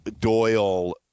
doyle